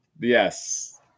Yes